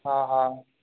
हँ हँ